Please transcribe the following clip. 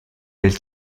del